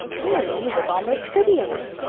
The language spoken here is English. really, you look almost pretty in it.